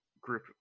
group